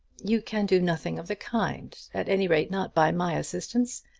you can do nothing of the kind at any rate, not by my assistance.